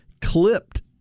clipped